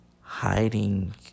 hiding